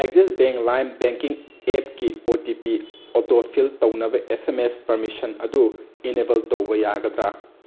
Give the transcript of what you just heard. Axis bank lime banking ꯑꯦꯞꯀꯤ O T P autofill ꯇꯧꯅꯕ S M S permission ꯑꯗꯨ enable ꯇꯧꯕ ꯌꯥꯒꯗ꯭ꯔꯥ